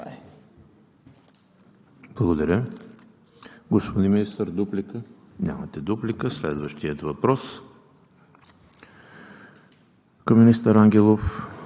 Благодаря. Господин Министър, дуплика? Нямате. Следващият въпрос към министър Ангелов